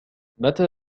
متى